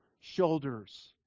shoulders